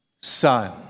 son